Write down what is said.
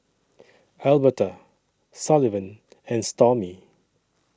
Elberta Sullivan and Stormy